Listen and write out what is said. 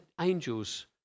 angels